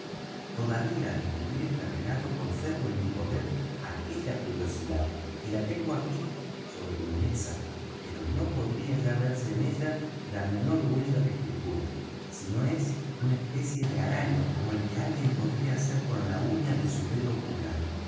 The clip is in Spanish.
todavía al escribir este relato conservo en mi poder aquella curiosidad y la tengo aquí sobre mi mesa pero no podría ya verse en ella la menor huella de escritura si no es una especie de araño como el que alguien podría hacer con la uña de su dedo pulgar